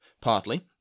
Partly